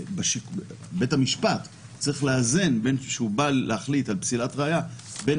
שכשבית המשפט בא להחליט על פסילת ראיה הוא צריך לאזן בין